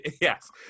yes